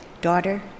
Daughter